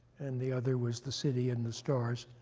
and the other was the city and the stars,